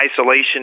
isolation